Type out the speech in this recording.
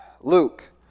Luke